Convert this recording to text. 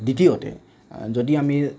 দ্বিতীয়তে যদি আমি